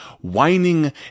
whining